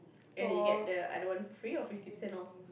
and you get the alone free or fifty percent off